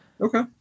Okay